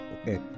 okay